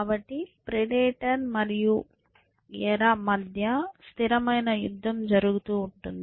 కాబట్టి ప్రెడేటర్ మరియు ప్రే మధ్య స్థిరమైన యుద్ధం జరుగుతూ ఉంటుంది